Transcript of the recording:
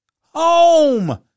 home